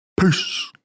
peace